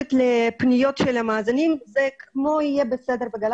מוקדשת לפניות של המאזינים וכמו בתוכנית "יהיה בסדר" בגלי